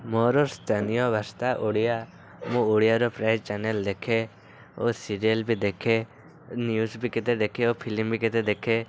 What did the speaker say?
ମୋର ସ୍ଥାନୀୟ ଭାଷା ଓଡ଼ିଆ ମୁଁ ଓଡ଼ିଆରେ ପ୍ରାୟ ଚ୍ୟାନେଲ୍ ଦେଖେ ଓ ସିରିଏଲ୍ ବି ଦେଖେ ନ୍ୟୁଜ୍ ବି କେତେ ଦେଖେ ଫିଲ୍ମ ବି କେତେ ଦେଖେ